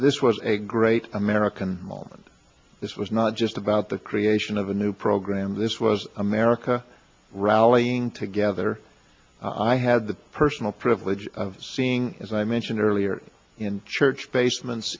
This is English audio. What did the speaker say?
this was a great american moment this was not just about the creation of a new program this was america rallying together i had the personal privilege of seeing as i mentioned earlier in church basements